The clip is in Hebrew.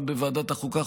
גם בוועדת החוקה,